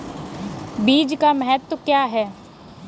बीज का महत्व क्या है?